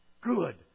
good